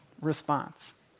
response